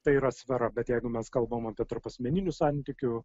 tai yra sfera bet jeigu mes kalbam apie tarpasmeninių santykių